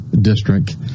District